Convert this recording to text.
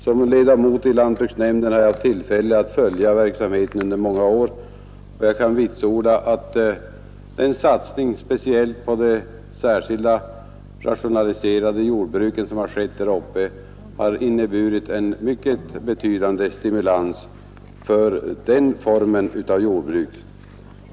Som ledamot i lantbruksnämnden har jag haft tillfälle att följa verksamheten under många år, och jag kan vitsorda att den satsning speciellt på de särskilda, rationaliserade jordbruken som skett där uppe har inneburit en mycket betydande stimulans för den formen av jordbruk.